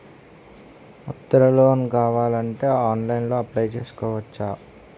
Mudra loan కావాలి అంటే ఆన్లైన్లో అప్లయ్ చేసుకోవచ్చా?